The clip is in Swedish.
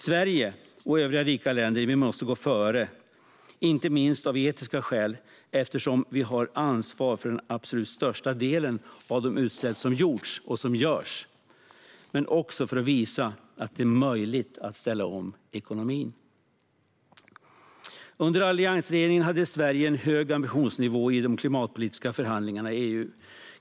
Sverige och övriga rika länder måste gå före, inte minst av etiska skäl, eftersom vi har ansvar för den absolut största delen av de utsläpp som gjorts och görs, men också för att visa att det är möjligt att ställa om ekonomin. Under alliansregeringen hade Sverige en hög ambitionsnivå i de klimatpolitiska förhandlingarna i EU.